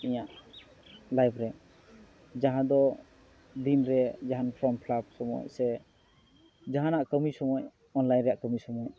ᱤᱧᱟᱹᱜ ᱞᱟᱭᱤᱯᱷᱨᱮ ᱡᱟᱦᱟᱸᱫᱚ ᱫᱤᱱᱨᱮ ᱡᱟᱦᱟᱱ ᱯᱷᱨᱚᱢ ᱯᱷᱤᱞᱟᱯ ᱥᱚᱢᱚᱭ ᱥᱮ ᱡᱟᱦᱟᱱᱟᱜ ᱠᱟᱹᱢᱤ ᱥᱚᱢᱚᱭ ᱚᱱᱞᱟᱭᱤᱱ ᱨᱮᱭᱟᱜ ᱠᱟᱹᱢᱤ ᱥᱚᱢᱚᱭ